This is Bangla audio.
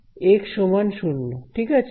x0 ঠিক আছে